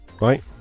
Right